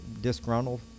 disgruntled